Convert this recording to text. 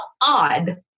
odd